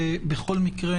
כי בכל מקרה